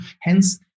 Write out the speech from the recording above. hence